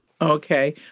Okay